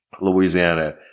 Louisiana